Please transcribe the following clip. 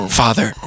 father